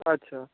আচ্ছা